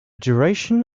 duration